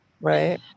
right